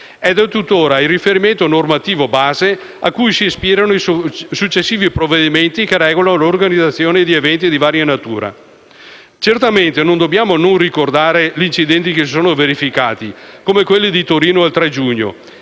ed è tuttora il riferimento normativo base a cui si ispirano i successivi provvedimenti che regolano l'organizzazione di eventi di varia natura. Certamente non dobbiamo non ricordare gli incidenti che si sono verificati, come quello di Torino del 3 giugno.